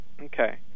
okay